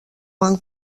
van